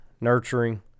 nurturing